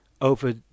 over